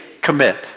Commit